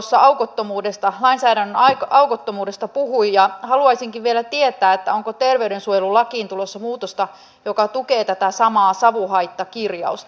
edustaja kurvinen tuossa lainsäädännön aukottomuudesta puhui ja haluaisinkin vielä tietää onko terveydensuojelulakiin tulossa muutosta joka tukee tätä samaa savuhaittakirjausta